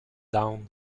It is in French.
down